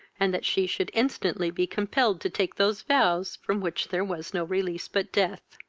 and that she should instantly be compelled to take those vows from which there was no release but death.